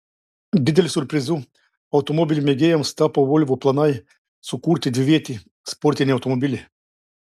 dideliu siurprizu automobilių mėgėjams tapo volvo planai sukurti dvivietį sportinį automobilį